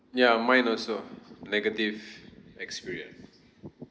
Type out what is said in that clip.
ya mine also negative experience